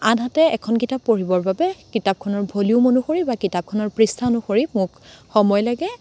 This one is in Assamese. আনহাতে এখন কিতাপ পঢ়িবৰ বাবে কিতাপখনৰ ভলিউম অনুসৰি বা কিতাপখনৰ পৃষ্ঠা অনুসৰি মোক সময় লাগে